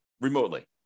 remotely